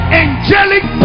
angelic